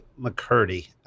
McCurdy